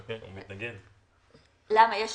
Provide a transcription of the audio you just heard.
למה, יש